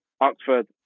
Oxford